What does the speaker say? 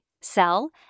sell